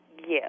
yes